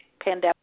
pandemic